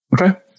Okay